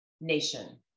Nation